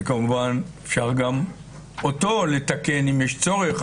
שכמובן אפשר גם אותו לתקן אם יש צורך,